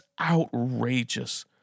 outrageous